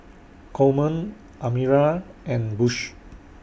Coleman Amira and Bush